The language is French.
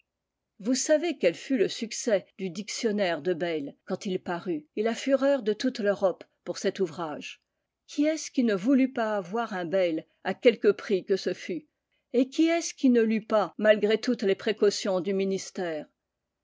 vous savez quel fut le succès du dictionnaire de bayle quand il parut et la fureur de toute l'europe pour cet ouvrage qui est-ce qui ne voulut pas avoir un bayle à quelque prix que ce fût et qui est-ce qui ne l'eut pas malgré toutes les précautions du ministère